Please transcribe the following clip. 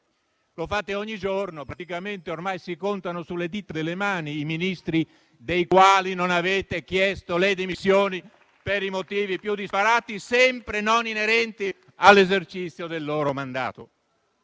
lo fate ogni giorno, praticamente ormai si contano sulle dita delle mani i Ministri dei quali non avete chiesto le dimissioni per i motivi più disparati, sempre non inerenti all'esercizio del loro mandato